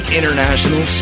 International